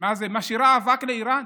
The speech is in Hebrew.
מה זה, משאירה אבק לאיראן,